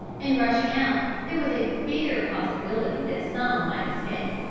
in rushing out there was a bare possibility that some might escape.